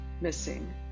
missing